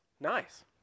Nice